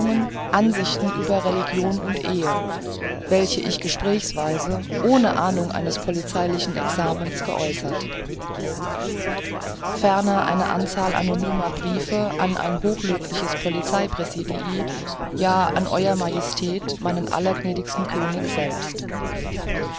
ansichten über religion und ehe welche ich gesprächsweise ohne ahnung eines polizeilichen examens geäußert ferner eine anzahl anonymer briefe an ein hochlöbliches polizei präsidii ja an ew majestät meinen allergnädigsten könig selbst